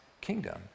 kingdom